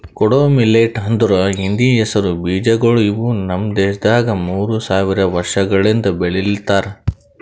ಕೊಡೋ ಮಿಲ್ಲೆಟ್ ಅಂದುರ್ ಹಿಂದಿ ಹೆಸರು ಬೀಜಗೊಳ್ ಇವು ನಮ್ ದೇಶದಾಗ್ ಮೂರು ಸಾವಿರ ವರ್ಷಗೊಳಿಂದ್ ಬೆಳಿಲಿತ್ತಾರ್